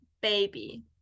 baby